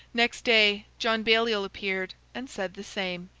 next day, john baliol appeared, and said the same.